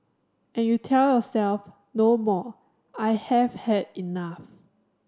and you tell yourself no more I have had enough